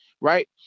Right